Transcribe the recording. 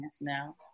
now